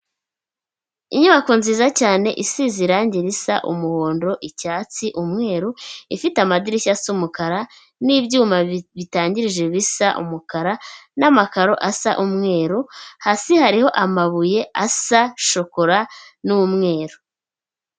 Inyubako nziza cyane isize irangi risa umuhondo, icyatsi, umweru, ifite amadirishya asa umukara n'ibyuma bitangirije bisa umukara n'amakaro asa umweru, hasi hariho amabuye asa shokora n'umweru.